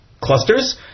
clusters